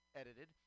edited